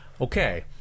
Okay